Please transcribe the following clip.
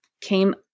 came